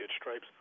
stripes